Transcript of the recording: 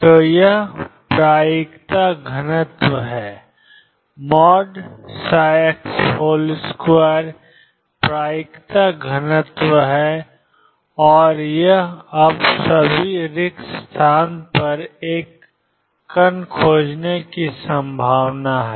तो यह प्रायिकता घनत्व है ψ2 प्रायिकता घनत्व है और यह अब सभी रिक्त स्थान पर एक कण खोजने की संभावना है